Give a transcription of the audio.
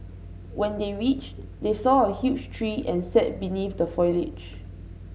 when they reached they saw a huge tree and sat beneath the foliage